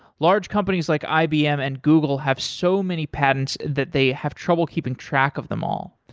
large companies like ibm and google have so many patents that they have trouble keeping track of them all.